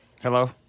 hello